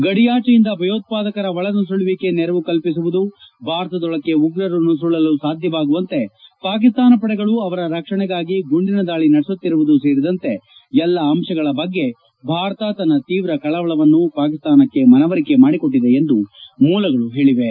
ಗಡಿಯಾಜೆಯಿಂದ ಭಯೋತ್ಪಾದಕರ ಒಳನುಸುಳುವಿಕೆಗೆ ನೆರವು ಕಲ್ಪಿಸುವುದು ಭಾರತದೊಳಕ್ಕೆ ಉಗ್ರರು ನುಸುಳಲು ಸಾಧ್ಯವಾಗುವಂತೆ ಪಾಕಿಸ್ತಾನ ಪಡೆಗಳು ಅವರ ರಕ್ಷಣೆಗಾಗಿ ಗುಂಡಿನ ದಾಳಿ ನಡೆಸುತ್ತಿರುವುದೂ ಸೇರಿದಂತೆ ಎಲ್ಲ ಅಂಶಗಳ ಬಗ್ಗೆ ಭಾರತ ತನ್ನ ತೀವ್ರ ಕಳವಳವನ್ನು ಪಾಕಿಸ್ತಾನಕ್ಷೆ ಮನವರಿಕೆ ಮಾಡಿಕೊಟಿದೆ ಎಂದು ಮೂಲಗಳು ಹೇಳಿವೆ